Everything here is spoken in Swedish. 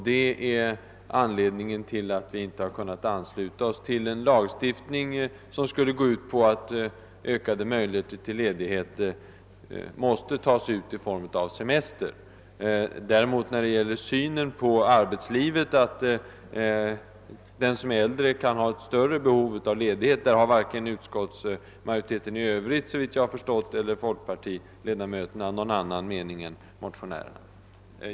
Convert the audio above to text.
Detta är anledningen till att vi inte har kunnat ansluta oss till en lagstiftning, som skulle gå ut på att en förlängning av ledigheten måste tas ut i form av årlig semester. När det däremot gäller åsikten att den som är äldre kan ha ett större behov av ledighet har, såvitt jag förstår, varken utskottsmajoriteten i övrigt eller folkpartiledamöterna någon annan mening än motionärerna.